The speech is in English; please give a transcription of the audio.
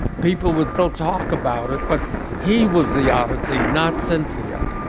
people would still talk about it, but he was the oddity, not cynthia